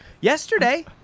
yesterday